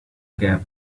gap